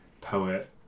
poet